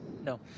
No